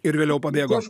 ir vėliau pabėgo